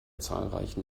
zahlreichen